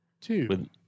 Two